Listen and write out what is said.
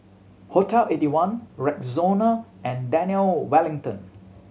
Hotel Eighty One Rexona and Daniel Wellington